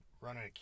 running